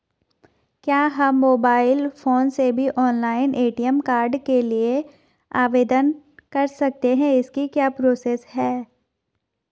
क्या हम mobile phone से भी ऑनलाइन ए.टी.एम कार्ड के लिए आवेदन कर सकते हैं इसकी क्या प्रोसेस है?